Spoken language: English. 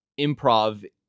improv